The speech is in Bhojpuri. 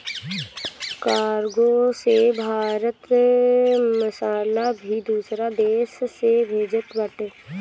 कार्गो से भारत मसाला भी दूसरा देस में भेजत बाटे